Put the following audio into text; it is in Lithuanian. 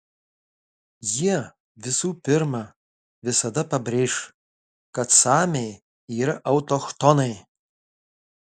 jie visų pirma visada pabrėš kad samiai yra autochtonai